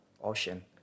ocean